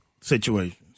situations